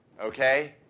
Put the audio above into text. okay